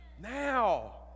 Now